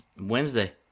Wednesday